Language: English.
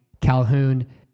Calhoun